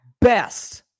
best